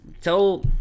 tell